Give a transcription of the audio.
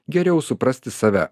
geriau suprasti save